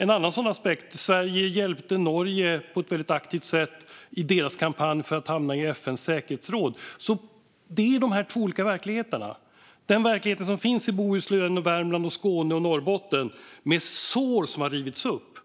En annan aspekt är att Sverige på ett mycket aktivt sätt hjälpte Norge i deras kampanj för att hamna i FN:s säkerhetsråd. Det är alltså de två olika verkligheterna. Den verklighet som finns i Bohuslän, Värmland, Skåne och Norrbotten, med sår som har rivits upp.